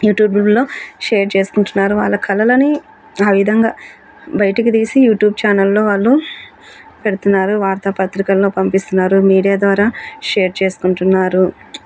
యూట్యూబ్లో షేర్ చేసుకుంటున్నారు వాళ్ళ కళలని ఆ విధంగా బయటకి తీసి యూట్యూబ్ ఛానల్లో వాళ్ళు పెడుతున్నారు వార్తా పత్రికల్లో పంపిస్తున్నారు మీడియా ద్వారా షేర్ చేసుకుంటున్నారు